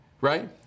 Right